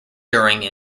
during